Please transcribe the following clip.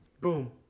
boom